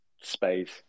space